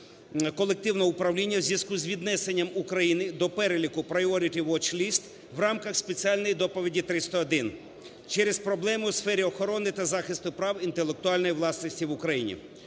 колективного управління в зв'язку з віднесення України до переліку Priority Watch List в рамках "Спеціальної доповіді 301" через проблему у сфері охорони та захисту прав інтелектуальної власності в Україні.